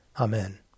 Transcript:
Amen